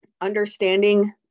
understanding